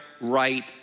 right